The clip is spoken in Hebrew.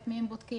את מי הם בודקים,